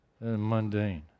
mundane